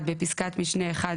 בפסקת משנה (1),